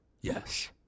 Yes